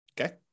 okay